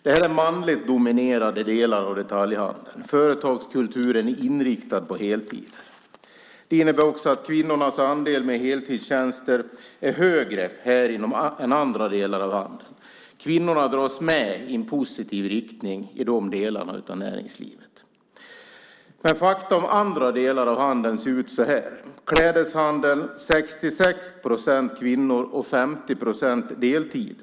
Det här är manligt dominerade delar av detaljhandeln. Företagskulturen är inriktad på heltid. Det innebär också att andelen kvinnor med heltidstjänster är högre här än inom andra delar av handeln. Kvinnorna dras med i en positiv riktning i de delarna av näringslivet. Men fakta om andra delar av handeln ser ut så här: Inom klädeshandeln är det 66 procent kvinnor, och 50 procent arbetar deltid.